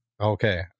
Okay